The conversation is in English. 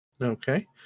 Okay